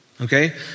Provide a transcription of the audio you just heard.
Okay